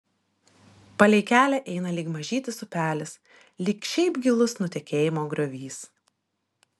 palei kelią eina lyg mažytis upelis lyg šiaip gilus nutekėjimo griovys